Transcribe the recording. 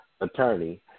attorney